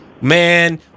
man